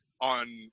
on